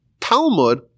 Talmud